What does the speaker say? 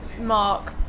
Mark